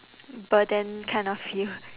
burden kind of feel